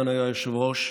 אדוני היושב-ראש,